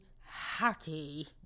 happy